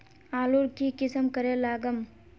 आलूर की किसम करे लागम?